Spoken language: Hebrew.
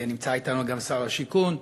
נמצא אתנו גם שר השיכון,